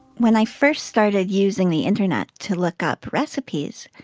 when i first started using the internet to look up recipes,